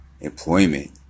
employment